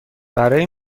برای